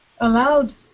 allowed